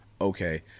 okay